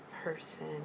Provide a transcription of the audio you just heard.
person